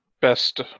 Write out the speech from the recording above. best